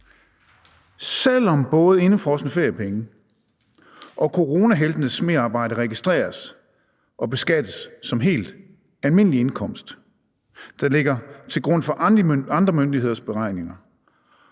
selv om både indefrosne feriepenge og coronaheltes merarbejde registreres og beskattes som helt almindelig indkomst, der ligger til grund for andre myndigheders beregninger,